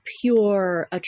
pure